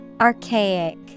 Archaic